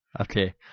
okay